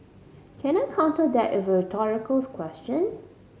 can I counter that a rhetorical question